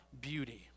beauty